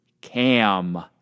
Cam